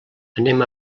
anem